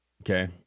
okay